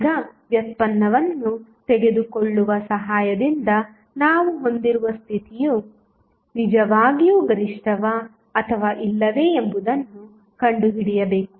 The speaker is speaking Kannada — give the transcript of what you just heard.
ಈಗ ವ್ಯುತ್ಪನ್ನವನ್ನು ತೆಗೆದುಕೊಳ್ಳುವ ಸಹಾಯದಿಂದ ನಾವು ಹೊಂದಿರುವ ಸ್ಥಿತಿಯು ನಿಜವಾಗಿಯೂ ಗರಿಷ್ಠವಾ ಅಥವಾ ಇಲ್ಲವೇ ಎಂಬುದನ್ನು ಕಂಡುಹಿಡಿಯಬೇಕು